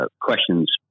questions